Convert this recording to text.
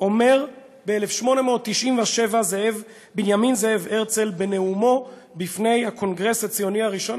אומר ב-1897 בנימין זאב הרצל בנאומו לפני הקונגרס הציוני הראשון.